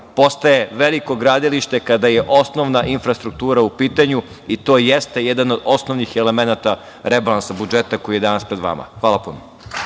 postaje veliko gradilište kada je osnovna infrastruktura u pitanju i to jeste jedan od osnovnih elemenata rebalansa budžeta koji je danas pred vama. Hvala puno.